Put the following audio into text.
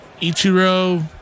Ichiro